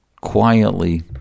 quietly